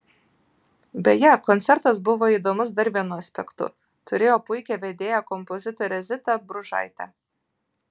beje koncertas buvo įdomus dar vienu aspektu turėjo puikią vedėją kompozitorę zitą bružaitę